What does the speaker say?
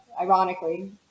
ironically